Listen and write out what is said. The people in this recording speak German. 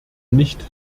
nicht